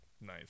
nice